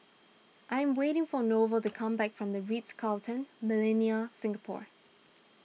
I am waiting for Norval to come back from the Ritz Carlton Millenia Singapore